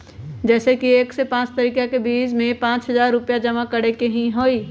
जैसे कि एक से पाँच तारीक के बीज में पाँच हजार रुपया जमा करेके ही हैई?